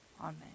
AMEN